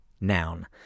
noun